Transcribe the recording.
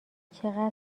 چقدر